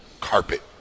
carpet